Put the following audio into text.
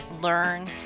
learn